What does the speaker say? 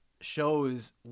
shows